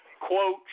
quote